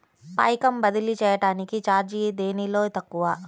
పైకం బదిలీ చెయ్యటానికి చార్జీ దేనిలో తక్కువ?